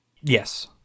Yes